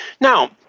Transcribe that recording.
Now